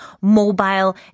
mobile